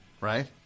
Right